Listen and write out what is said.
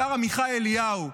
השר עמיחי אליהו,